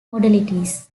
modalities